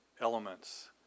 elements